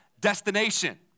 destination